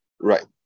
right